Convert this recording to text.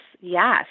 yes